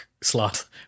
slot